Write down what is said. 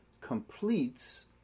completes